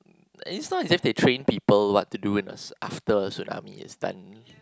it's not just they train people what to do in a ts~ after tsunami is done